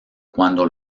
cuando